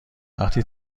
وقتی